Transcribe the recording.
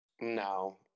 No